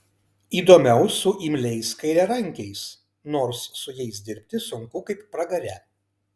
įdomiau su imliais kairiarankiais nors su jais dirbti sunku kaip pragare